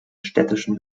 städtischen